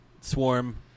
Swarm